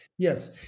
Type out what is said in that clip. Yes